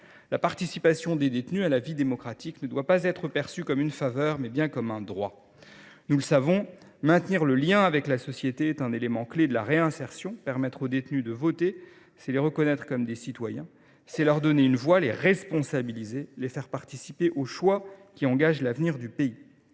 La participation des détenus à la vie démocratique doit être perçue non pas comme une faveur, mais bien comme un droit. Nous le savons, maintenir le lien avec la société est un élément clé de la réinsertion. Permettre aux détenus de voter, c’est les reconnaître comme des citoyens à part entière ; c’est leur donner une voix, les responsabiliser, les faire participer aux choix qui engagent l’avenir du pays.